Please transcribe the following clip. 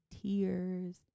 tears